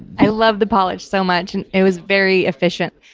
i love the polish so much and it was very efficient.